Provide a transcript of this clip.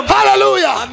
Hallelujah